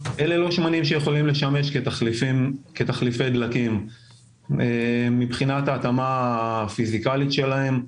הם לא שמנים שיכולים לשמש כתחליפי דלקים מבחינת ההתאמה הפיזיקאלית שלהם.